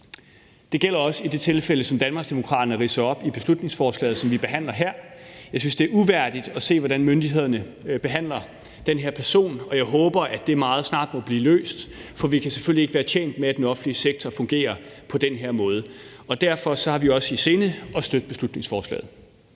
Det gælder også i det tilfælde, som Danmarksdemokraterne ridser op i beslutningsforslaget, som vi behandler her. Jeg synes, det er uværdigt at se, hvordan myndighederne behandler den her person, og jeg håber, at det meget snart må blive løst, for vi kan selvfølgelig ikke være tjent med, at den offentlige sektor fungerer på den her måde. Derfor har vi også i sinde at støtte beslutningsforslaget.